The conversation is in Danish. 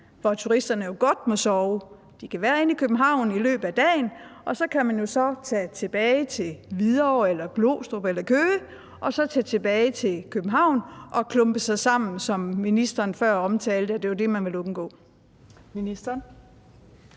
hvor turisterne jo godt må sove. De kan være inde i København i løbet af dagen, og så kan de så tage tilbage til Hvidovre eller Glostrup eller Køge og retur til København og klumpe sig sammen, som ministeren før omtalte var det, man ville undgå.